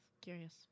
Curious